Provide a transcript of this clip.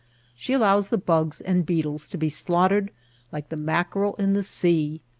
she allows the bugs and beetles to be slaughtered like the mackerel in the sea.